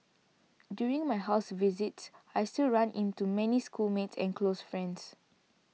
during my house visits I still run into many schoolmates and close friends